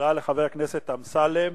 תודה לחבר הכנסת אמסלם.